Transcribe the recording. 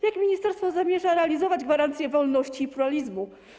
Jak ministerstwo zamierza realizować gwarancję wolności i pluralizmu?